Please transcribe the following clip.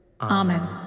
Amen